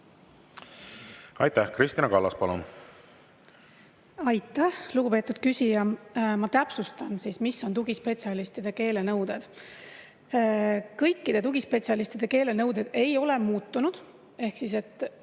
Aitäh! Kristina Kallas, palun! Aitäh, lugupeetud küsija! Ma täpsustan siis, millised on tugispetsialistide keelenõuded. Kõikide tugispetsialistide keelenõuded ei ole muutunud, ehk kui